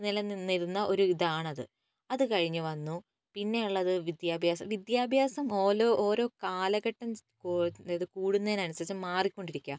നിലനിന്നിരുന്ന ഒരിതാണത് അത് കഴിഞ്ഞു വന്നു പിന്നെ ഉള്ളത് വിദ്യാഭ്യാസം വിദ്യാഭ്യാസം ഓരോ കാലഘട്ടം കൂടുന്നതിനുസരിച്ച് മാറിക്കൊണ്ടിരിക്കുകയാണ്